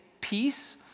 peace